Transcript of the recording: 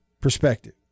perspective